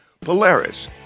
Polaris